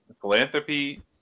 philanthropy